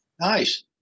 nice